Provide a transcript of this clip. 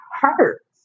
hurts